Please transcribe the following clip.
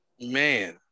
Man